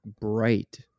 bright